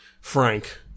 Frank